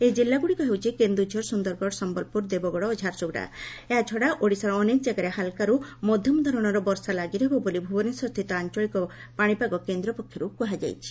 ଏହି ଜିଲ୍ଲଗୁଡ଼ିକ ହେଉଛି କେନ୍ଦୁଝର ସୁନ୍ଦରଗଡ଼ ସମ୍ୟଲପୁର ଦେବଗଡ଼ ଓ ଝାରସୁଗୁଡ଼ା ତାଛଡ଼ା ଓଡ଼ିଶାର ଅନେକ ଜାଗାରେ ହାଲ୍କାର୍ ମଧ୍ୟମ ଧରଶର ବର୍ଷା ଲାଗି ରହିବ ବୋଲି ଭୁବନେଶ୍ୱରସ୍ରିତ ଆଞ୍ଚଳିକ ପାଶିପାଗ କେନ୍ଦ୍ର ପକ୍ଷର୍ଠ କୁହାଯାଇଛି